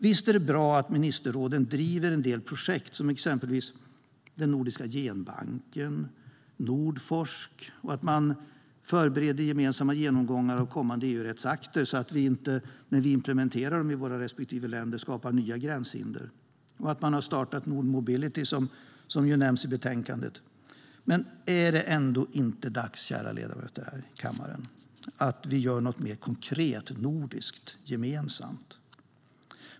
Visst är det bra att ministerrådet driver en del projekt som exempelvis den nordiska genbanken och Nordforsk, att man förbereder gemensamma genomgångar av kommande EU-rättsakter så att vi inte, när vi implementerar dem i våra respektive länder, skapar nya gränshinder och att man har startat Nord Mobility, som nämns i betänkandet. Men är det inte dags, kära ledamöter i kammaren, att vi gör något mer konkret gemensamt nordiskt?